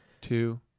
Two